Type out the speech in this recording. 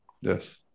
yes